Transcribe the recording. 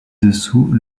dessous